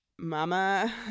Mama